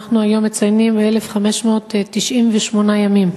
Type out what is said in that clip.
אנחנו היום מציינים 1,598 ימים,